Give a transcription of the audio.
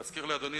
להזכיר לאדוני,